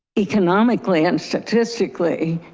economically, and statistically,